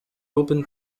open